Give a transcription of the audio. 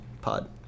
Pod